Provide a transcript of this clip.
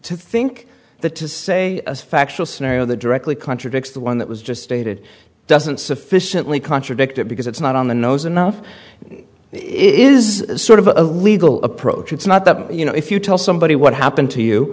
to think that to say a factual scenario that directly contradicts the one that was just stated doesn't sufficiently contradict it because it's not on the nose enough it is sort of a legal approach it's not that you know if you tell somebody what happened to